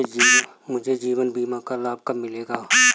मुझे जीवन बीमा का लाभ कब मिलेगा?